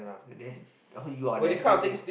the then oh you're damn kaypo